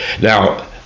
now